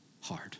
hard